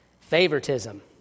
favoritism